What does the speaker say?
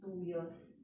two years